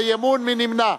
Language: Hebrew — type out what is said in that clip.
מי נמנע?